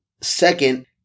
second